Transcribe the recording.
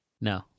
No